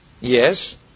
Yes